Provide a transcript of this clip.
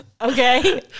Okay